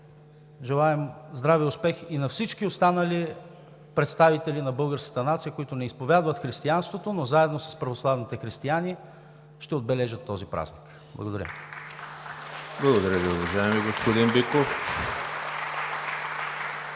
Желаем здраве и успехи и на всички останали представители на българската нация, които не изповядват християнството, но заедно с православните християни ще отбележат този празник! Благодаря. (Ръкопляскания.)